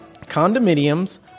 condominiums